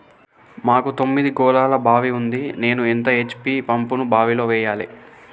మాకు తొమ్మిది గోళాల బావి ఉంది నేను ఎంత హెచ్.పి పంపును బావిలో వెయ్యాలే?